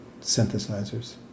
synthesizers